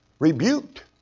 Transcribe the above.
Rebuked